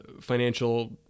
financial